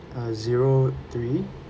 uh zero three